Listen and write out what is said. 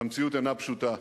והמציאות אינה פשוטה.